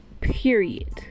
Period